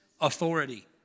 authority